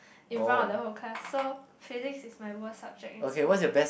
in front of the whole class so Physics is my worst subject in school